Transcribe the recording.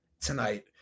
tonight